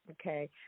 Okay